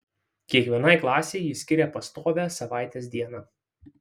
kiekvienai klasei ji skiria pastovią savaitės dieną